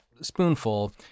spoonful